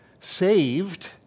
saved